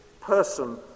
person